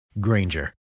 Granger